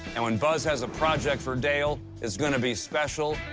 and when buzz has a project for dale, it's gonna be special.